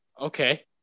Okay